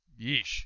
Yeesh